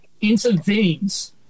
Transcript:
intervenes